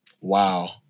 Wow